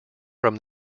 from